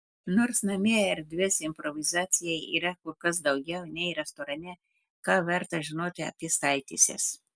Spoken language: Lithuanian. nors namie erdvės improvizacijai yra kur kas daugiau nei restorane ką verta žinoti apie staltieses